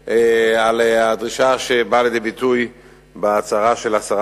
היא האם היתה בקשה לתקציב מול ההצהרה של שרת